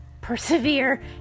persevere